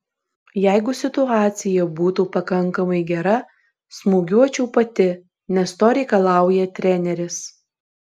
jeigu situacija būtų pakankamai gera smūgiuočiau pati nes to reikalauja treneris